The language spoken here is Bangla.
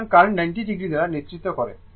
সুতরাং কারেন্ট 90 o দ্বারা নেতৃত্ব করে